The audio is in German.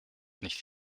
nicht